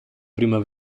prima